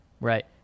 Right